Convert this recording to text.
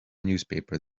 newspapers